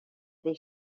they